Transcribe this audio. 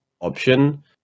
option